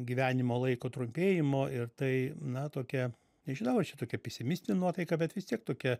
gyvenimo laiko trumpėjimo ir tai na tokia nežinau ar čia tokia pesimistinė nuotaika bet vis tiek tokia